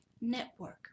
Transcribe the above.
Network